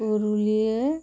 Purulia